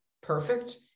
perfect